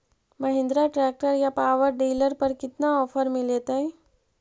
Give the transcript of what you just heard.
Mahindra tractor या power dealer पर कितना ओफर मीलेतय?